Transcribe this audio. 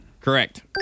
Correct